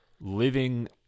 living